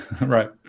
right